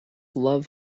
love